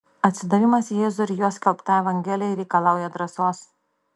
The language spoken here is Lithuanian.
atsidavimas jėzui ir jo skelbtai evangelijai reikalauja drąsos